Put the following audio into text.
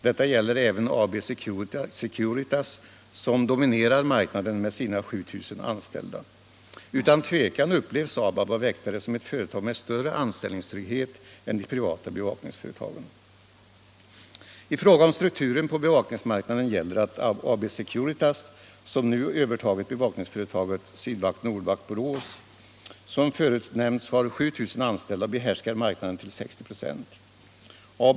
Detta gäller även AB Securitas, som dominerar marknaden med sina 7 000 anställda. Utan tvivel upplevs ABAB av väktarna som ett företag med större anställningstrygghet än de privata bevakningsföretagens. I fråga om strukturen på bevakningsmarknaden gäller att AB Securitas, som nu övertagit bevakningsföretaget Sydvakt/Nordvakt i Borås, som förut nämnts har 7000 anställda och behärskar marknaden till 60 96.